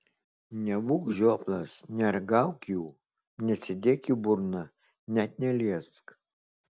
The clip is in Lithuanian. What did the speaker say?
nebūk žioplas neragauk jų nesidėk į burną net neliesk